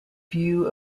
view